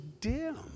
dim